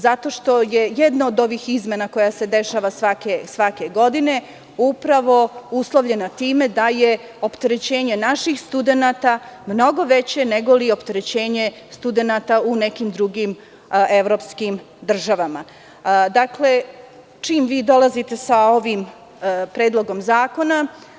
Zato što je jedna od ovih izmena, koja se dešava svake godine upravo uslovljena time da je opterećenje naših studenata mnogo veće nego li opterećenje studenata u nekim drugim evropskim državama, dakle, čim vi dolazite sa ovim predlogom zakona.